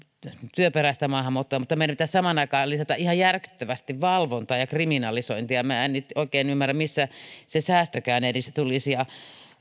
työperäistä maahanmuuttoa mutta meidän pitäisi samaan aikaan lisätä ihan järkyttävästi valvontaa ja kriminalisointia en nyt oikein ymmärrä mistä se säästökään edes tulisi